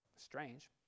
strange